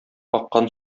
аккан